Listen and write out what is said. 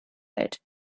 welt